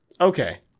Okay